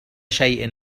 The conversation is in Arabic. شيء